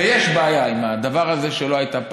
ויש בעיה עם הדבר הזה שלא הייתה פעם.